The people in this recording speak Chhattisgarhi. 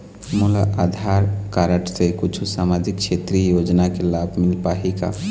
मोला आधार कारड से कुछू सामाजिक क्षेत्रीय योजना के लाभ मिल पाही का?